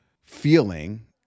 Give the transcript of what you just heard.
feeling